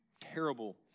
terrible